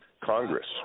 Congress